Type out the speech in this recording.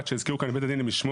הזכירו כאן את בית הדין למשמורת,